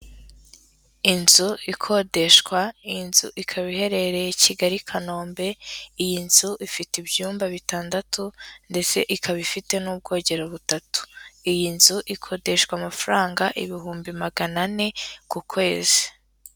Inzu ikodeshwa, iyi nzu ikaba iherereye i Kigali i Kanombe, iyi nzu ifite ibyumba bitandatu ndetse ikaba ifite n'ubwogero butatu, iyi nzu ikodeshwa amafaranga ibihumbi magana ane ku kwezi.